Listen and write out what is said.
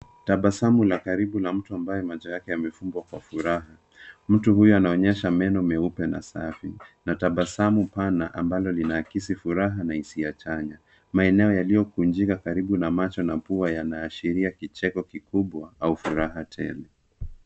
Tabasamu la karibu la mtu ambaye macho yake yamefumbwa kwa furaha. Mtu huyu anaonyesha meno meupe na safi, na tabasamu pana ambalo linaakisi furaha na hisia chanya. Maeneo yaliyokunjika karibu na macho na pua yanaashiria kicheko kikubwa au furaha tele.